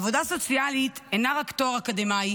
עבודה סוציאלית אינה רק תואר אקדמי,